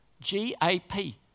G-A-P